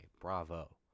bravo